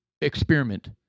experiment